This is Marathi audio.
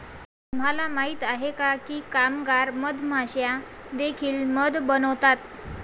तुम्हाला माहित आहे का की कामगार मधमाश्या देखील मध बनवतात?